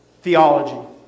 theology